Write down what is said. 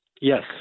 Yes